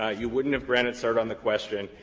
ah you wouldn't have granted cert on the question.